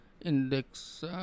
Index